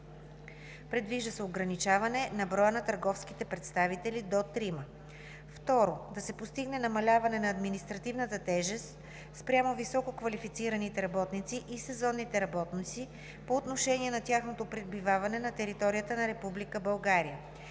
Предвижда се ограничаване на броя на търговските представители до трима. 2. Да се постигне намаляване на административната тежест спрямо висококвалифицираните работници и сезонните работници по отношение на тяхното пребиваване на територията на